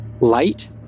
light